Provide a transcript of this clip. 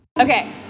Okay